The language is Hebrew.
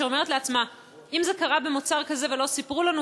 שאומרת לעצמה: אם זה קרה במוצר כזה ולא סיפרו לנו,